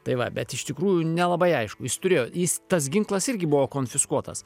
tai va bet iš tikrųjų nelabai aišku jis turėjo jis tas ginklas irgi buvo konfiskuotas